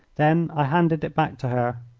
then i handed it back to her.